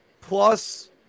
plus